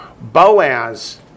Boaz